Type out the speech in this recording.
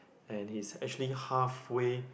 and he's actually half way